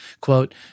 quote